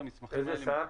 איזה שר?